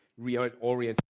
reorient